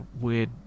weird